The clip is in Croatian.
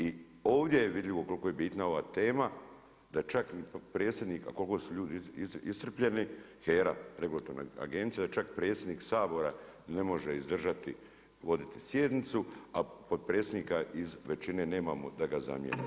I ovdje je vidljivo koliko je bitna ova tema da čak ni potpredsjednik a koliko su ljudi iscrpljeni HERA regulatorna agencija, da čak predsjednik Sabora ne može izdržati voditi sjednicu, a potpredsjednika iz većine nemamo da ga zamijenimo.